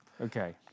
okay